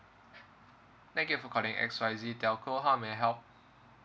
thank you for calling X Y Z telco how may I help